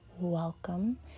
welcome